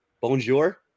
bonjour